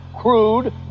crude